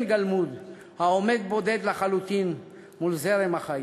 גלמוד העומד בודד לחלוטין מול זרם החיים".